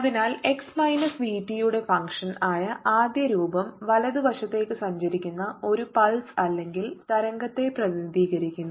അതിനാൽ x minus V T യുടെ function ആയ ആദ്യ രൂപം വലതുവശത്തേക്ക് സഞ്ചരിക്കുന്ന ഒരു പൾസ് അല്ലെങ്കിൽ തരംഗത്തെ പ്രതിനിധീകരിക്കുന്നു